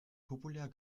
populär